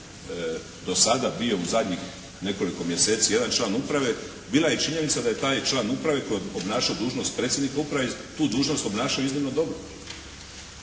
do sada bio u zadnjih nekoliko mjeseci jedan član uprave, bila je činjenica da je taj član uprave obnašao dužnost predsjednika upravu i tu dužnost obnaša iznimno dobro.